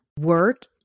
work